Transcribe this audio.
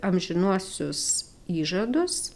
amžinuosius įžadus